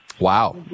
Wow